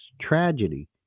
tragedy